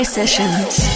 sessions